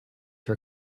her